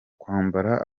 kwambara